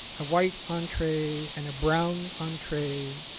a white entree and a brown entree,